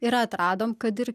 ir atradom kad ir